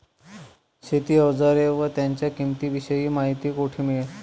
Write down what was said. शेती औजारे व त्यांच्या किंमतीविषयी माहिती कोठे मिळेल?